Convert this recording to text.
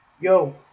yo